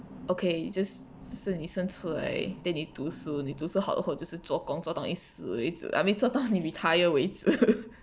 okay just 是你生出来 then 你读书你读书好的后就是作工做到你死为止 I mean 做到你 retire 为止